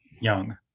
young